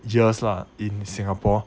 years lah in singapore